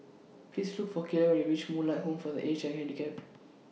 Please Look For Caleb when YOU REACH Moonlight Home For The Aged Handicapped